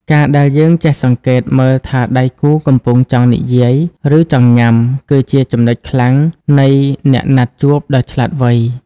ការដែលយើងចេះសង្កេតមើលថាដៃគូកំពុងចង់និយាយ ឬចង់ញ៉ាំ គឺជាចំណុចខ្លាំងនៃអ្នកណាត់ជួបដ៏ឆ្លាតវៃ។